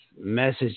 message